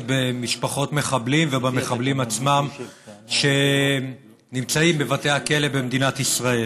במשפחות מחבלים ובמחבלים עצמם שנמצאים בבתי הכלא במדינת ישראל.